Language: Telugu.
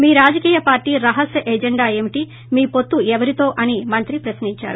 మీ రాజకీయ పార్టీ రహస్య ఏజెండా ఏమిటి మీ హొత్తు ఎవరితో అని మంత్రి ప్రశ్నించారు